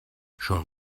schon